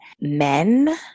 men